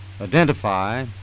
identify